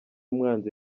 umwanzi